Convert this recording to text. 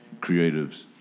creatives